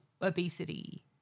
obesity